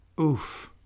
Oof